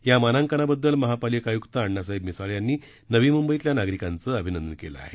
या मानांकनाबद्दल महापालिका आयुक्त अण्णासाहेब मिसाळ यांनी नवी मुंबईतल्या नागरिकांचं अभिनंदन केलं आहे